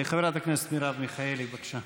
חברת הכנסת מרב מיכאלי, בבקשה.